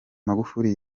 magufuli